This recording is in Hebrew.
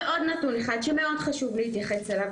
ועוד נתון אחד שמאוד חשוב להתייחס אליו